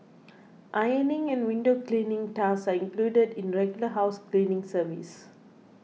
ironing and window cleaning tasks are included in regular house cleaning service